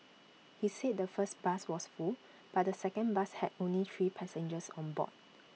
he said the first bus was full but the second bus had only three passengers on board